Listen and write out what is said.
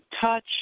touch